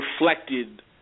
reflected